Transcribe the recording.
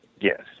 Yes